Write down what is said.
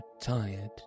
tired